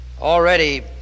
already